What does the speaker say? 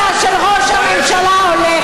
לא,